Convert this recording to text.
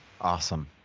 Awesome